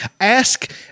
Ask